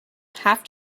half